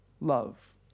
love